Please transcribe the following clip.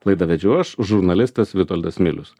laidą vedžiau aš žurnalistas vitoldas milius